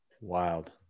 Wild